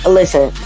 listen